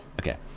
Okay